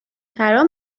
ترا